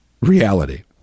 reality